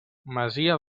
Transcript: masia